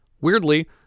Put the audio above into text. Weirdly